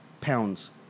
pounds